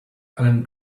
alan